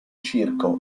circo